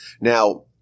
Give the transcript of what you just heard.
Now